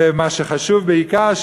ומה שחשוב בעיקר,